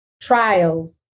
trials